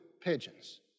pigeons